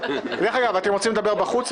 דרך אגב, אתם רוצים לדבר בחוץ?